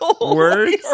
Words